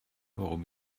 warum